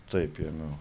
taip ėmiau